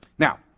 Now